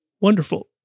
wonderful